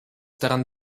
daran